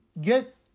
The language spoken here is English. get